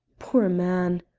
poor man!